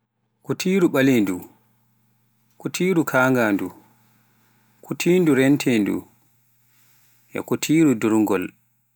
kutiru ɓaleendu, kutiru kangandu, kutiru rentendu, kutiru durgol